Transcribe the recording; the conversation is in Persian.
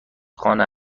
خانه